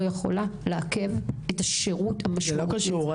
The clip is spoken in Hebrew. לא יכולה לעכב את השירות --- זה לא קשור,